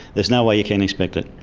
there's no way you can inspect it.